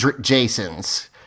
Jasons